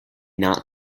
not